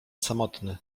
samotny